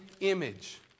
image